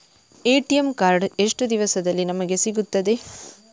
ATM card ಎಷ್ಟು ದಿವಸದಲ್ಲಿ ನಮಗೆ ಸಿಗುತ್ತದೆ?